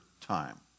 time